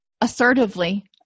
assertively